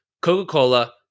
Coca-Cola